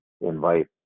invite